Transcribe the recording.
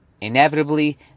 inevitably